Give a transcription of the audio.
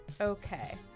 Okay